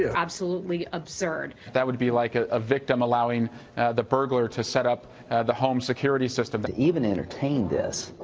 yeah absolutely absurd. that would be like a ah victim allowing the burglar to set up the home security system. to but even entertain this